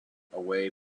away